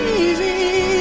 easy